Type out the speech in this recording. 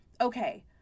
okay